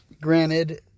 granted